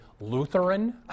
lutheran